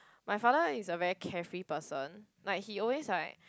my father is a very carefree person like he always like